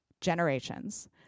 generations